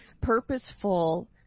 purposeful